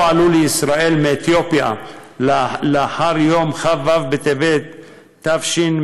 או עלו לישראל מאתיופיה לאחר יום כ"ו בטבת התשמ"ד,